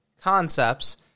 concepts